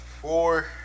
four